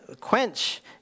quench